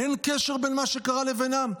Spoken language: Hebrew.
אין קשר בין מה שקרה לבינם?